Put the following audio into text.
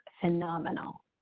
phenomenal